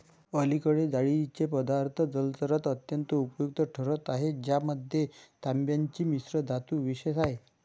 अलीकडे जाळीचे पदार्थ जलचरात अत्यंत उपयुक्त ठरत आहेत ज्यामध्ये तांब्याची मिश्रधातू विशेष आहे